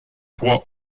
toit